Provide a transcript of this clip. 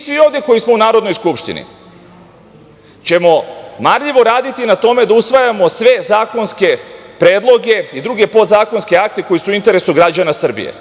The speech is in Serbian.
svi ovde koji smo u Narodnoj Skupštini ćemo marljivo raditi na tome da usvajamo sve zakonske predloge i druge podzakonske akte koji su u interesu građana Srbije,